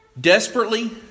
desperately